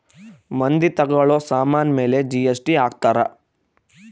ಮಂದಿ ತಗೋಳೋ ಸಾಮನ್ ಮೇಲೆ ಜಿ.ಎಸ್.ಟಿ ಹಾಕ್ತಾರ್